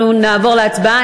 אנחנו נעבור להצבעה.